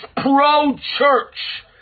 pro-church